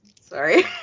Sorry